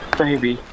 baby